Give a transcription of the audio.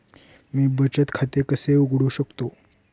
मी बचत खाते कसे उघडू शकतो?